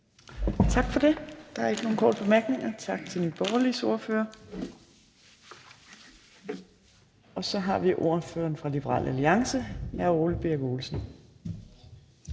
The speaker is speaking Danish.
Torp): Der er ikke nogen korte bemærkninger. Tak til Nye Borgerliges ordfører. Så har vi ordføreren for Liberal Alliance, hr. Ole Birk Olesen.